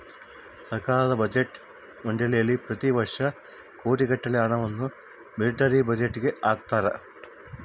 ಸರ್ಕಾರ ಬಜೆಟ್ ಮಂಡಳಿಯಲ್ಲಿ ಪ್ರತಿ ವರ್ಷ ಕೋಟಿಗಟ್ಟಲೆ ಹಣವನ್ನು ಮಿಲಿಟರಿ ಬಜೆಟ್ಗೆ ಹಾಕುತ್ತಾರೆ